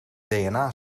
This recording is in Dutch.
dna